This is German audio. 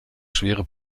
schwere